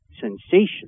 sensation